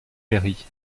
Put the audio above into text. mairie